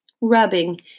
rubbing